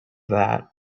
that